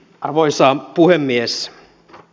arvoisa puhemies